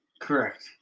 Correct